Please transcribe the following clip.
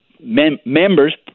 members